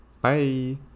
bye